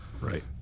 right